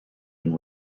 and